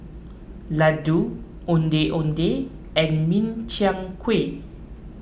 Laddu Ondeh Ondeh and Min Chiang Kueh